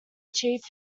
chief